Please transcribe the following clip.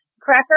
Cracker